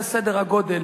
זה סדר הגודל.